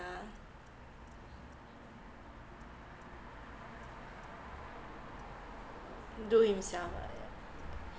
do himself uh yeah